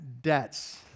debts